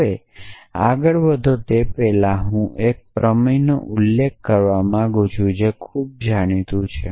હવે આગળ વધો તે પહેલાં હું એક પ્રમેયનો ઉલ્લેખ કરવા માંગુ છું જે ખૂબ જાણીતું છે